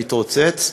מתרוצץ,